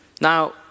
Now